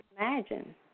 imagine